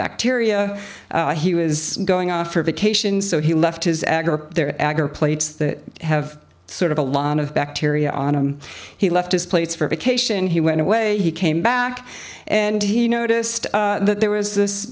bacteria he was going off for vacation so he left his aggro there agger plates that have sort of a lot of bacteria on him he left his place for vacation he went away he came back and he noticed that there was this